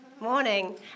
Morning